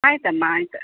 ಆಯ್ತು ಅಮ್ಮ ಆಯ್ತು